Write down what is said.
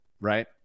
right